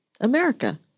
America